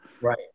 right